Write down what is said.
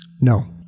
No